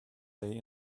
day